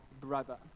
brother